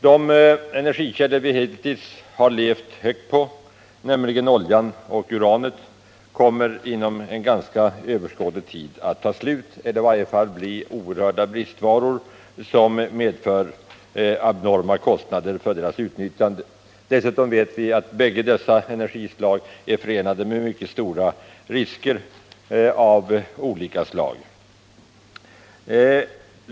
De energikällor vi hittills har levt högt på, nämligen oljan och uranet, kommer inom överskådlig tid att ta slut eller i varje fall att i oerhört hög grad bli bristvaror, vilket medför abnorma kostnader för deras utnyttjande. Dessutom vet vi att bägge dessa energiformer är förenade med mycket stora risker av olika slag.